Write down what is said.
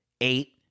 eight